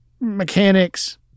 mechanics